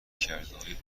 کردههای